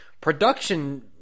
Production